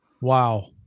Wow